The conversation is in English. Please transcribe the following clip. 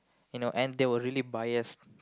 you know and they were really biased